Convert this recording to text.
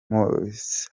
myomes